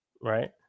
Right